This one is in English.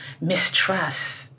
mistrust